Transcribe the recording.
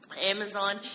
Amazon